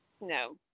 No